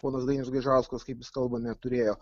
ponas dainius gaižauskas kaip jis kalba neturėjo